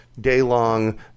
day-long